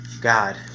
God